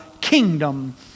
kingdom